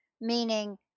meaning